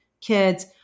kids